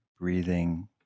breathing